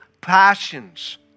passions